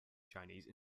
chinese